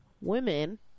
Women